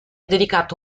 dedicato